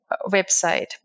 website